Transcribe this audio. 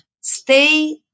Stay